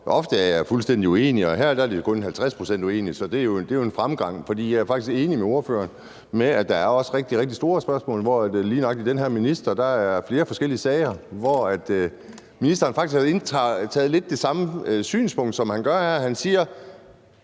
Ofte er jeg fuldstændig uenig, men her er jeg kun 50 pct. uenig, så det er jo en fremgang. For jeg er faktisk enig med ordføreren i, at der er rigtig, rigtig store spørgsmål, og at der lige nøjagtig med den her minister er flere forskellige sager, hvor ministeren faktisk har indtaget lidt det samme synspunkt, som han gør her. Han siger: